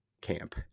camp